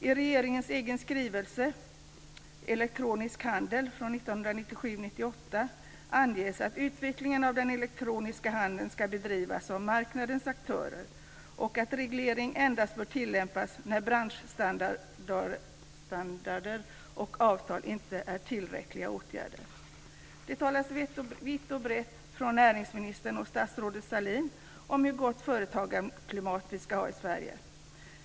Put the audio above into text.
I regeringens egen skrivelse Elektronisk handel från 1997/98 anges att utvecklingen av den elektroniska handeln ska bedrivas av marknadens aktörer och att reglering endast bör tillämpas när branschstandarder och avtal inte är tillräckliga åtgärder. Det talas vitt och brett från näringsministern och statsrådet Sahlin om hur gott företagarklimat vi ska ha i Sverige.